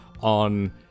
on